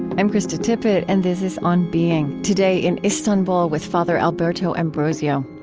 i'm krista tippett, and this is on being. today, in istanbul, with father alberto ambrosio.